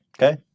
Okay